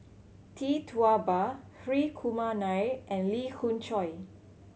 Tee Tua Ba Hri Kumar Nair and Lee Khoon Choy